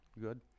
Good